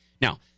now